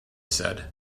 said